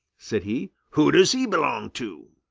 said he. who does he belong to?